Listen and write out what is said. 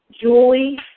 Julie